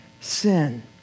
sin